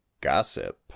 Gossip